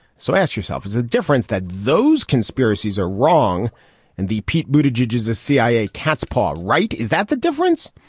so ask yourself, is the difference that those conspiracies are wrong and the pete booted judge is a cia cat's paw, right? is that the difference?